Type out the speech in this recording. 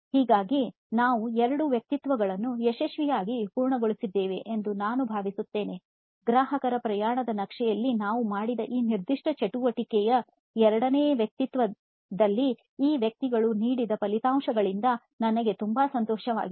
ಹಾಗಾಗಿ ನಾವು 2 ವ್ಯಕಿತ್ವ ಗಳನ್ನು ಯಶಸ್ವಿಯಾಗಿ ಪೂರ್ಣ ಗೊಳಿಸಿದ್ದೇವೆ ಎಂದು ನಾನು ಭಾವಿಸುತ್ತೇನೆ ಗ್ರಾಹಕರ ಪ್ರಯಾಣದ ನಕ್ಷೆಯಲ್ಲಿ ನಾವು ಮಾಡಿದ ಈ ನಿರ್ದಿಷ್ಟ ಚಟುವಟಿಕೆಯ ಎರಡನೇ ವ್ಯಕ್ತಿತ್ವದಲ್ಲಿ ಈ ವ್ಯಕ್ತಿಗಳು ನೀಡಿದ ಫಲಿತಾಂಶಗಳಿಂದ ನನಗೆ ತುಂಬಾ ಸಂತೋಷವಾಗಿದೆ